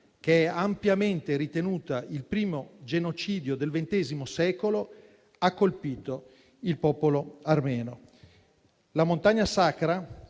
che è ampiamente ritenuta il primo genocidio del ventesimo secolo, ha colpito il popolo armeno». La montagna sacra,